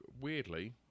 weirdly